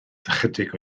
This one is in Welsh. ychydig